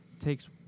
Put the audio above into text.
takes